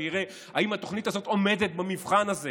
ויראה אם התוכנית הזאת עומדת במבחן הזה